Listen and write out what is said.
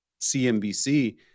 cnbc